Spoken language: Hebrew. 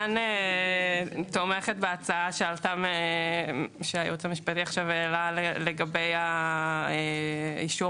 כמובן תומכת בהצעה שהייעוץ המשפטי העלה לגבי האישור